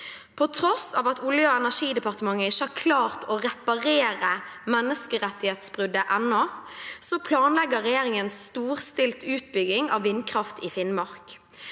På tross av at Olje- og energidepartementet ikke har klart å reparere menneskerettighetsbruddet enda, planlegger regjeringen storstilt utbygging av vindkraft i Finnmark.